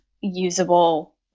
usable